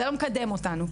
זה לא מקדם אותנו.